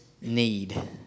need